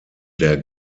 der